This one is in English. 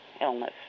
illness